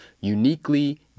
uniquely